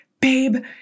babe